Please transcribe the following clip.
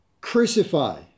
Crucify